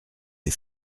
des